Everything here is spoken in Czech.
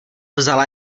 vzala